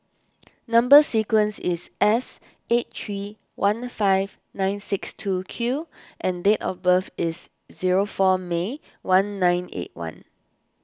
Number Sequence is S eight three one five nine six two Q and date of birth is zero four May one nine eight one